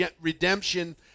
Redemption